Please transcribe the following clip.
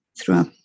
throughout